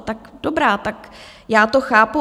Tak dobrá, já to chápu.